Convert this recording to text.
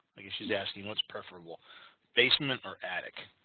i guess she's asking what's preferable basement or attic